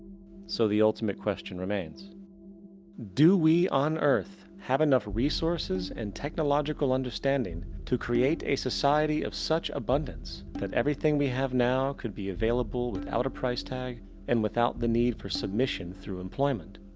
so the ultimate question remains do we on earth have enough resources and technological understanding to create a society of such abundance, that everything we have now could be available without a price tag and without the need for submission through employment?